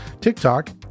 TikTok